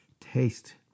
Taste